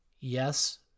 Yes